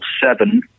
seven